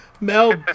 Mel